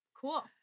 Cool